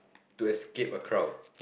to escape a crowd